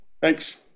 Thanks